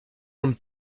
from